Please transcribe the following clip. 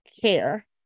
care